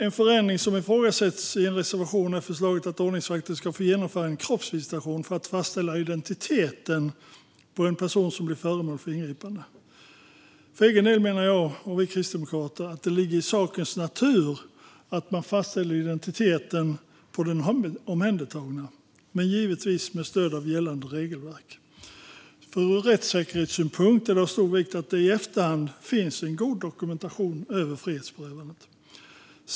En förändring som ifrågasätts i en reservation är förslaget att ordningsvakter ska få genomföra en kroppsvisitation för att fastställa identiteten på en person som blir föremål för ingripande. Jag själv och vi kristdemokrater menar att det ligger i sakens natur att man fastställer identiteten på den omhändertagne, men givetvis med stöd av gällande regelverk. Ur rättssäkerhetssynpunkt är det av stor vikt att det i efterhand finns en god dokumentation över frihetsberövandet.